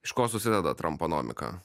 iš ko susideda tramponomika